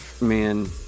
Man